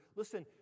listen